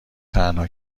تنها